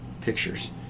pictures